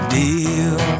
deal